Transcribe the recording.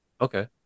Okay